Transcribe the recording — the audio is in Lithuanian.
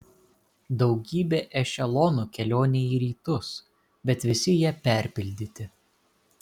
daugybė ešelonų kelionei į rytus bet visi jie perpildyti